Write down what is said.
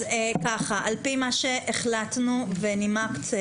על פי שהחלטנו ונימקת,